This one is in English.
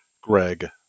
Greg